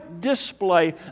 display